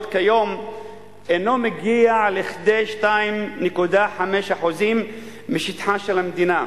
כיום אינו מגיע כדי 2.5% משטחה של המדינה,